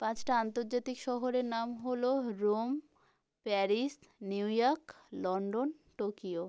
পাঁচটা আন্তর্জাতিক শহরের নাম হলো Rome Paris New York London Tokyo